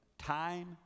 Time